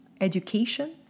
education